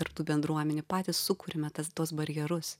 tarp tų bendruomenių patys sukuriame tas tuos barjerus